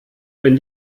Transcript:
wenn